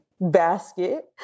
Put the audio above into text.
Basket